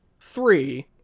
three